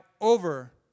over